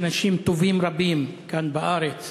יש אנשים טובים רבים כאן בארץ